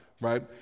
right